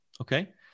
Okay